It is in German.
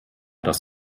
dass